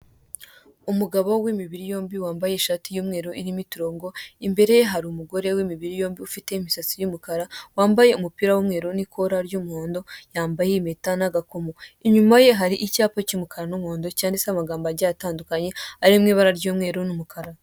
Umugabo w'imibiri yombi wambaye ishati y'umweru irimo imiturongo, imbere ye hari umugore w'imibiri yombi ufite imisatsi y'umukara, wambaye umupira w'umweru n'ikora ry'umuhondo, yambaye impeta n'agakomo, inyuma ye hari icyapa cy'umukara n'umuhondo cyanditseho amagambo agiye atandukanye arimo ibara ry'umweru n'umukara.